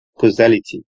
causality